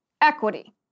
equity